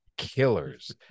killers